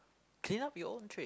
clean up your own tray